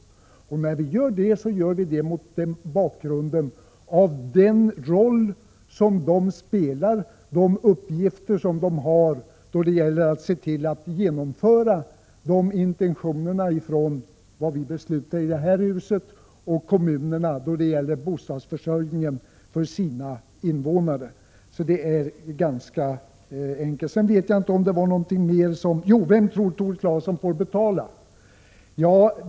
Detta sker i så fall mot bakgrunden av den roll som de spelar och de uppgifter som de har då det gäller att fullfölja riksdagens och kommunernas intentioner beträffande bostadsförsörjningen. Så enkelt är det. Jag fick frågan: Vem tror Tore Claeson får betala?